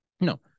No